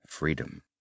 Freedom